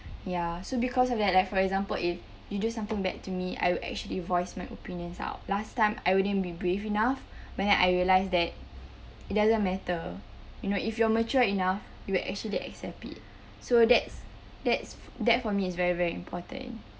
ya so because of that like for example if you do something bad to me I would actually voice my opinions out last time I wouldn't be brave enough but then I realise that it doesn't matter you know if you are mature enough you will actually accept it so that's that's that for me is very very important